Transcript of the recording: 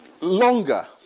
longer